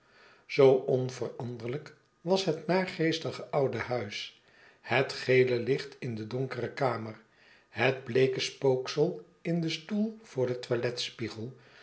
zoo onveranderlijk was het naargeestige oude huis het gele licht in de donkere kamer het bleeke spooksel in den stoel voor den